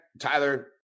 Tyler